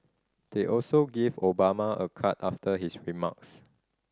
they also gave Obama a card after his remarks